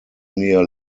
near